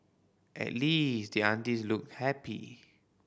at least the aunties looked happy